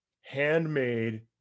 handmade